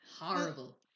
horrible